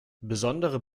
besondere